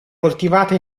coltivata